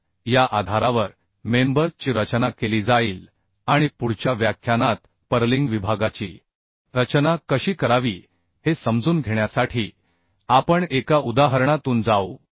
तर या आधारावर मेंबर ची रचना केली जाईल आणि पुढच्या व्याख्यानात पर्लिंग विभागाची रचना कशी करावी हे समजून घेण्यासाठी आपण एका उदाहरणातून जाऊ